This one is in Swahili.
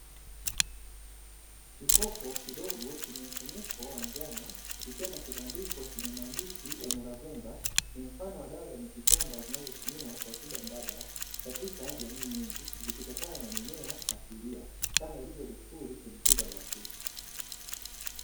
Kikopo kidogo chenye mfuniko wa njano kikiwa na kibandiko cha maandishi "UVURAVUMBA", ni mfano wa dawa za miti shamba zinazotumiwa kwa tiba mbadala katika jamii nyingi, zikitokana na mimea asilia kama ilivyodesturi kwenye tiba za asili.